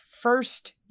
first